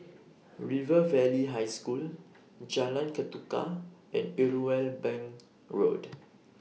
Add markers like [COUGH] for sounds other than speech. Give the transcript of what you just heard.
River Valley High School Jalan Ketuka and Irwell Bank Road [NOISE]